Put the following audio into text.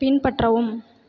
பின்பற்றவும்